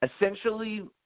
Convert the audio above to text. essentially